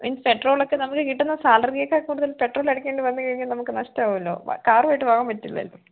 means പെട്രോളൊക്കെ നമുക്ക് കിട്ടുന്ന സാലറിയെക്കാൾ കൂടുതൽ പെട്രോള് അടിക്കേണ്ടി വന്നുകഴിഞ്ഞാൽ നമുക്ക് നഷ്ടമാകുമല്ലോ കാറുമായിട്ട് പോകാൻ പറ്റില്ലല്ലോ